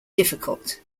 difficult